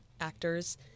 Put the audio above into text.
actors